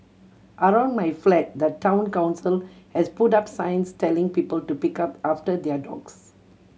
around my flat the Town Council has put up signs telling people to pick up after their dogs